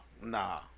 nah